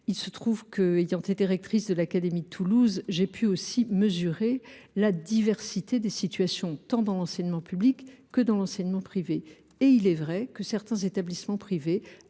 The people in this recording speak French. Il se trouve que, ayant été rectrice de l’académie de Toulouse, j’ai pu aussi mesurer la diversité des situations, tant dans l’enseignement public que dans l’enseignement privé. Il est vrai que certains établissements privés